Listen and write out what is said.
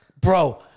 Bro